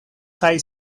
kaj